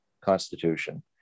constitution